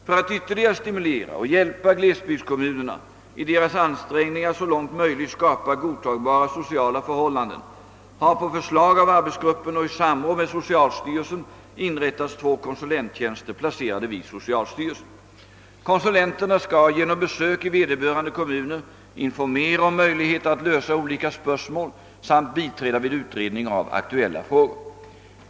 För att ytterligare stimulera och hjäl pa glesbygdskommunerna i deras ansträngningar att så långt möjligt skapa godtagbara sociala förhållanden har på förslag av arbetsgruppen och i samråd med socialstyrelsen inrättats två konsulenttjänster, placerade vid socialstyrelsen. Konsulenterna skall genom besök i vederbörande kommuner informera om möjligheter att lösa olika spörsmål samt biträda vid utredning av aktuella frågor.